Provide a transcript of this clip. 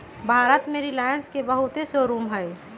भारत में रिलाएंस के बहुते शोरूम हई